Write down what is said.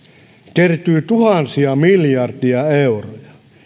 kertyy tuhansia miljardeja euroja